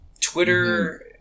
twitter